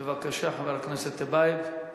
בבקשה, חבר הכנסת טיבייב.